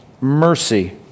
mercy